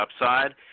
upside